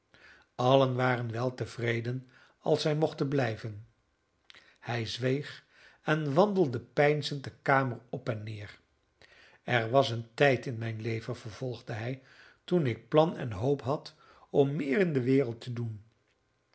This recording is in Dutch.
allen waren weltevreden als zij mochten blijven hij zweeg en wandelde peinzend de kamer op en neer er was een tijd in mijn leven vervolgde hij toen ik plan en hoop had om meer in de wereld te doen